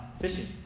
fishing